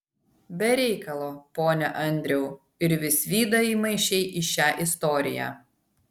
be reikalo pone andriau ir visvydą įmaišei į šią istoriją